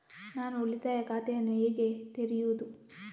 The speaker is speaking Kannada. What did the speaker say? ನಾನು ಉಳಿತಾಯ ಖಾತೆಯನ್ನು ಹೇಗೆ ತೆರೆಯುದು?